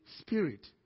Spirit